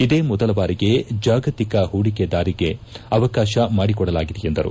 ಇದೇ ಮೊದಲ ಬಾರಿಗೆ ಜಾಗತಿಕ ಹೂಡಿಕೆದಾರರಿಗೆ ಅವಕಾಶ ಮಾಡಿಕೊಡಲಾಗಿದೆ ಎಂದರು